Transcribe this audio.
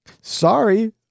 Sorry